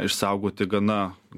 išsaugoti gana